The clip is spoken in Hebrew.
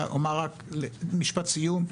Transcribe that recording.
אני רק אומר משפט סיום: